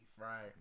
Right